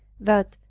that,